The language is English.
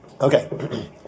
Okay